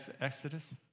Exodus